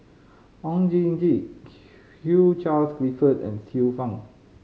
Oon Jin Gee Hugh Charles Clifford and Xiu Fang